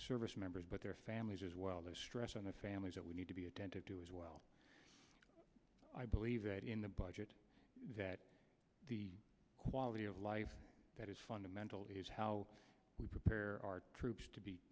service members but their families as well the stress on the families that we need to be attentive to as well i believe that in the budget that the quality of life that is fundamental is how we prepare our troops to be